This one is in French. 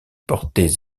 portaient